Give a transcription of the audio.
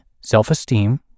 self-esteem